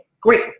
great